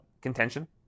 contention